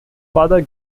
father